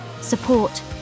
support